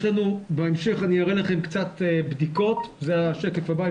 בהמשך אראה לכם קצת בדיקות, בשקף הבא.